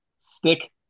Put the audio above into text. Stick